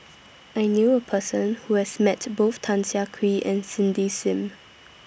I knew A Person Who has Met Both Tan Siah Kwee and Cindy SIM